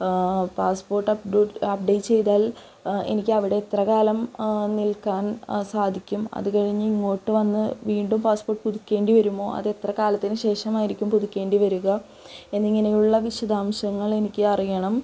passport update ചെയ്താൽ എനിക്ക് അവിടെ എത്രകാലം നിൽക്കാൻ സാധിക്കും അതുകഴിഞ്ഞിങ്ങോട്ടു വന്ന് വീണ്ടും പാസ്പോർട്ട് പുതുക്കേണ്ടി വരുമോ അത് എത്ര കാലത്തിന് ശേഷമായിരിക്കും പുതുക്കേണ്ടി വരിക എന്നിങ്ങനെയുള്ള വിശദാംശങ്ങളെനിക്ക് അറിയണം